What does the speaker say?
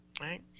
right